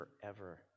forever